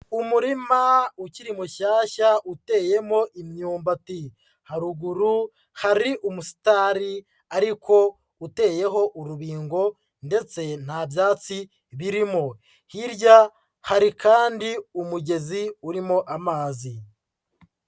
Umurima ukiri mushyashya uteyemo imyumbati, haruguru hari umusitari ariko uteyeho urubingo ndetse nta byatsi birimo, hirya hari kandi umugezi urimo amazi.